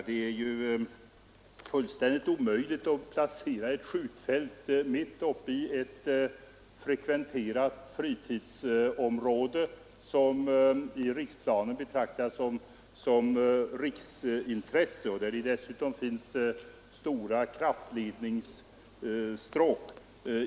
Det är fullständigt omöjligt att placera ett skjutfält mitt uppe i ett frekventerat fritidsområde, som i riksplanen betraktas som riksintresse och där det dessutom finns stora kraftledningsstråk.